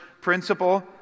principle